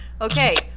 okay